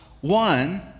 one